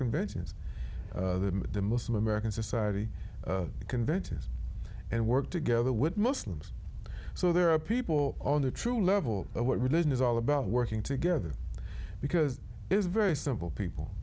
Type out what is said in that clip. conventions the muslim american society convention and work together with muslims so there are people on the true level of what religion is all about working together because it is very simple people